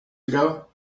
ago